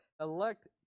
elect